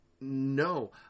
no